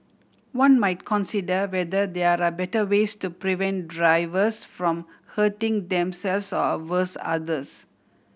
one might consider whether there are better ways to prevent drivers from hurting themselves or worse others